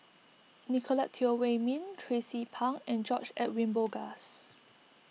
Nicolette Teo Wei Min Tracie Pang and George Edwin Bogaars